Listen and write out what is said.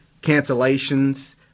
cancellations